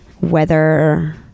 weather